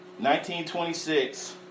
1926